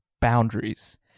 boundaries